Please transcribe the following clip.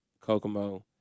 Kokomo